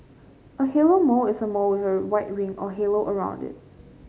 a halo mole is a mole with a white ring or halo around it